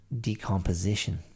decomposition